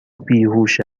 بیهوش